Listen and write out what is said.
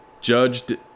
judged